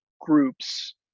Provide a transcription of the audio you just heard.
groups